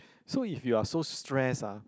so if you are so stressed ah